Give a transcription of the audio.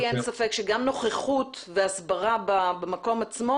לי אין ספק שגם נוכחות והסברה במקום עצמו